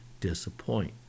disappoint